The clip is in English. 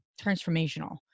transformational